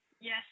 Yes